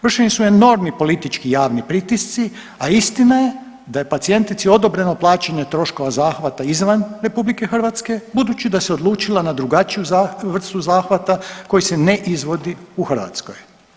Vršeni su enormni politički javni pritisci, a istina je da je pacijentici odobreno plaćanje troškova zahvata izvan RH budući da se odlučila na drugačiju vrstu zahvata koji se ne izvodi u Hrvatskoj.